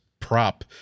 Prop